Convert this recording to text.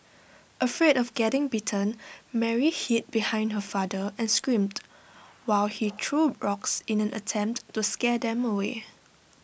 afraid of getting bitten Mary hid behind her father and screamed while he threw rocks in an attempt to scare them away